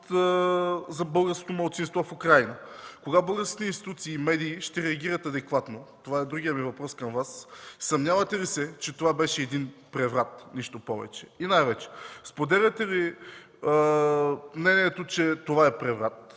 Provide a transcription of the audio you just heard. за българското малцинство в Украйна. Кога българските институции и медии ще реагират адекватно? – това е другият ми въпрос към Вас. Съмнявате ли се, че това беше един преврат, нищо повече? И най-вече, споделяте ли мнението, че това е преврат?